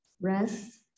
rest